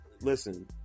Listen